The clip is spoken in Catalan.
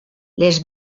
les